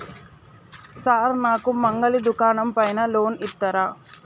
Sir నాకు మంగలి దుకాణం పైన లోన్ ఇత్తరా?